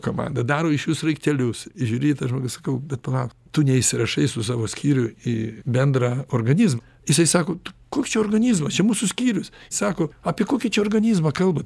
komanda daro iš jų sraigtelius žiūri į tam žmogui sakau bet palauk tu neįsirašai su savo skyriu į bendrą organizmą jisai sako tu koks čia organizmasčia mūsų skyrius sako apie kokį čia organizmą kalbame